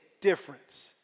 difference